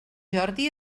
jordi